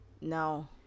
No